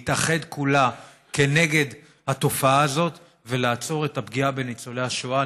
להתאחד כולה נגד התופעה הזאת ולעצור את הפגיעה בניצולי השואה.